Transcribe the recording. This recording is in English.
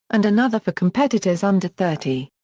and another for competitors under thirty.